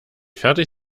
fertig